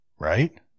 right